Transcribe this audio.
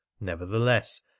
nevertheless